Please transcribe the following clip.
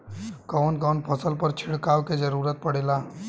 कवन कवन फसल पर छिड़काव के जरूरत पड़ेला?